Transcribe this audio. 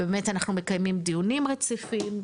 ובאמת אנחנו מקיימים דיונים רציפים.